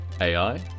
AI